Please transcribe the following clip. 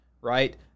Right